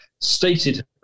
stated